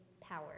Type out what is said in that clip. power